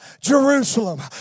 Jerusalem